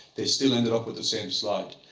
they still ended up with the same slide.